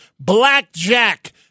Blackjack